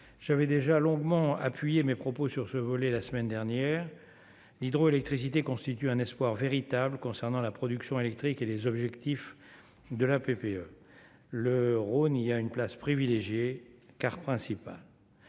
j'avais déjà longuement appuyer mes propos sur ce volet la semaine dernière l'hydroélectricité constitue un espoir véritable concernant la production électrique et les objectifs de la PPE, le Rhône, il y a une place privilégiée car principal.